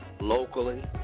locally